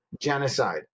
genocide